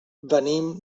venim